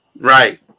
Right